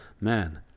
Man